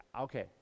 okay